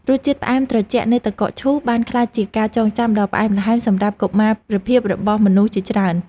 រសជាតិផ្អែមត្រជាក់នៃទឹកកកឈូសបានក្លាយជាការចងចាំដ៏ផ្អែមល្ហែមសម្រាប់កុមារភាពរបស់មនុស្សជាច្រើន។